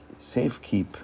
safekeep